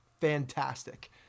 fantastic